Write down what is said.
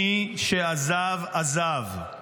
מי שעזב, עזב.